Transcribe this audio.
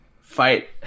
fight